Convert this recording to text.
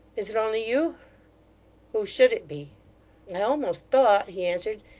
is it only you who should it be i almost thought he answered,